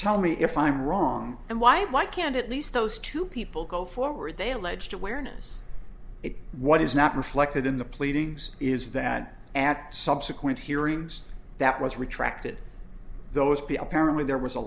tell me if i'm wrong and why why can't at least those two people go forward they alleged awareness it what is not reflected in the pleadings is that at subsequent hearings that was retracted those b apparently there was a